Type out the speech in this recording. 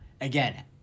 again